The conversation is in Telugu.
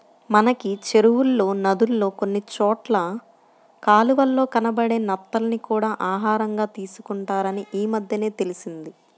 మనకి చెరువుల్లో, నదుల్లో కొన్ని చోట్ల కాలవల్లో కనబడే నత్తల్ని కూడా ఆహారంగా తీసుకుంటారని ఈమద్దెనే తెలిసింది